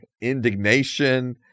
indignation